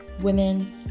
women